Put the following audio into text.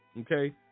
okay